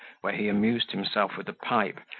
where he amused himself with a pipe,